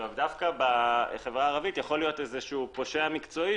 דווקא בחברה הערבית יכול להיות פושע מקצועי,